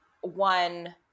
one